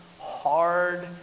hard